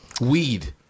Weed